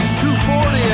240